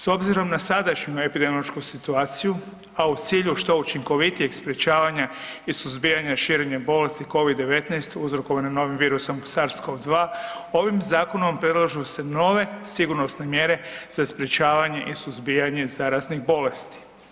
S obzirom na sadašnju epidemiološku situaciju, a u cilju što učinkovitijeg sprječavanja i suzbijanja širenja bolesti Covid-19 uzrokovane novim virusom SARS-CoV-2, ovim zakonom predlažu se nove sigurnosne mjere za sprječavanje i suzbijanje zaraznih bolesti.